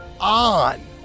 on